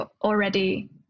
already